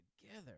together